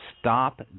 stop